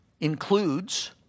includes